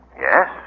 yes